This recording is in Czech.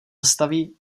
zastaví